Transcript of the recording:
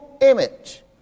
image